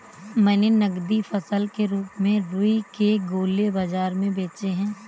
मैंने नगदी फसल के रूप में रुई के गोले बाजार में बेचे हैं